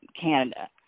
Canada